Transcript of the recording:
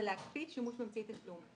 זה להקפיא שימוש באמצעי תשלום.